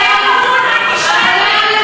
העולם,